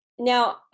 Now